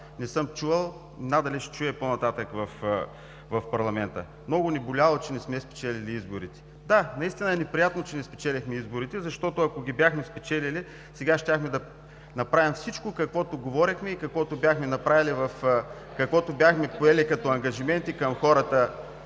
не съм чувал, надали ще чуя и по-нататък в парламента. Много ни боляло, че не сме спечелили изборите. Да, неприятно е, че не спечелихме изборите, защото ако ги бяхме спечелили, сега щяхме да направим всичко, каквото говорехме и каквото бяхме поели като ангажименти по време